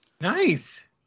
Nice